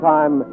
Time